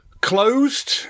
closed